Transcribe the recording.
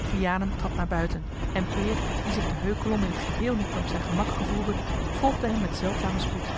vianen trad naar buiten en peer die zich te heukelom in het geheel niet meer op zijn gemak gevoelde volgde hem met zeldzamen spoed